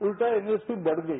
उल्टा एमएसपी बढ़ गई